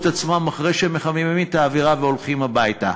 עצמם אחרי שהם מחממים את האווירה והולכים הביתה.